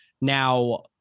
Now